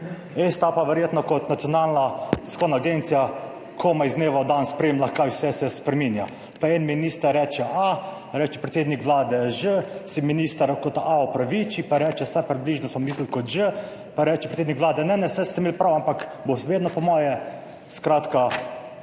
STA pa verjetno kot nacionalna tiskovna agencija komaj iz dneva v dan spremlja, kaj vse se spreminja. En minister reče a, reče predsednik Vlade ž, se minister za a opraviči pa reče, saj približno smo mislili kot ž, pa reče predsednik Vlade, ne ne, saj ste imeli prav, ampak bo še vedno po mojem. Skratka,